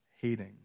hating